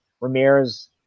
Ramirez